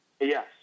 Yes